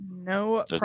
no